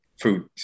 food